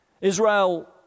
Israel